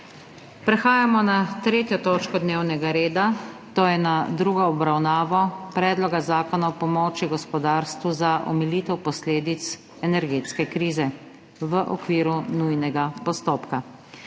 prekinjeno****3. točko dnevnega reda, to je z drugo obravnavo Predloga zakona o pomoči gospodarstvu za omilitev posledic energetske krize v okviru nujnega postopka.**